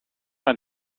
ein